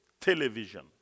Television